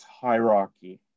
hierarchy